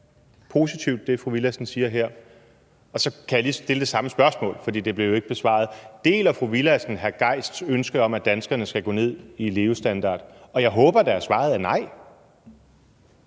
her, vælger jeg at opfatte positivt. Og så kan jeg lige stille det samme spørgsmål, for det blev jo ikke besvaret: Deler fru Mai Villadsen hr. Torsten Gejls ønske om, at danskerne skal gå ned i levestandard? Og jeg håber da, at svaret er nej.